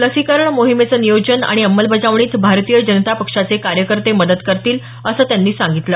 लसीकरण मोहिमेचं नियोजन आणि अंमलबजावणीत भारतीय जनता पक्षाचे कार्यकर्ते मदत करतील असं त्यांनी सांगितलं